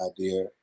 idea